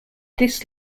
this